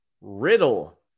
Riddle